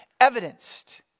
evidenced